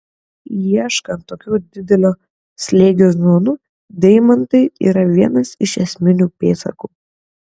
ieškant tokių didelio slėgio zonų deimantai yra vienas iš esminių pėdsakų